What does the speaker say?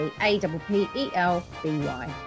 A-double-P-E-L-B-Y